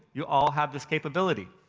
you all have this capability.